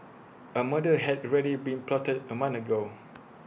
A murder had ready been plotted A month ago